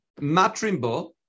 matrimbo